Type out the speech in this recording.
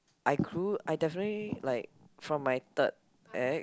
I grew I definitely like from my third ex